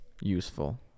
useful